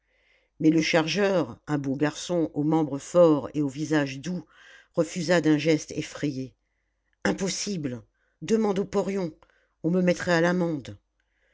mais le chargeur un beau garçon aux membres forts et au visage doux refusa d'un geste effrayé impossible demande au porion on me mettrait à l'amende